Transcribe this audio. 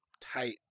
tight